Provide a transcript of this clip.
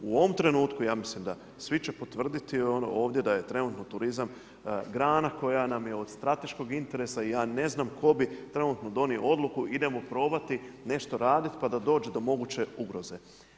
U ovome trenutku, ja mislim, da svi će potvrditi da je trenutno turizam grana koja nam je od strateškog interesa i ja ne znam tko bi trenutno donio odluku idemo probati nešto raditi, pa da dođe do moguće ugroze.